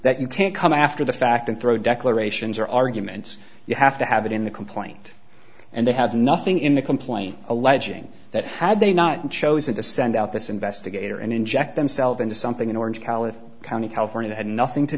that you can't come after the fact and throw declarations or arguments you have to have it in the complaint and they have nothing in the complaint alleging that had they not chosen to send out this investigator and inject themselves into something in orange calif county california had nothing to